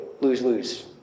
lose-lose